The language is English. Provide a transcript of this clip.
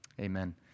amen